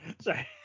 Sorry